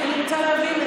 אני רוצה להבין.